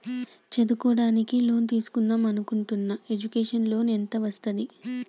చదువుకోవడానికి లోన్ తీస్కుందాం అనుకుంటున్నా ఎడ్యుకేషన్ లోన్ ఎంత వస్తది?